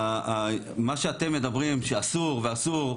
מה שאתם מדברים שאסור ואסור,